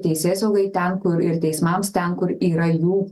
teisėsaugai ten kur ir teismams ten kur yra jų